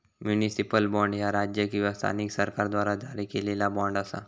municipal bond, ह्या राज्य किंवा स्थानिक सरकाराद्वारा जारी केलेला बॉण्ड असा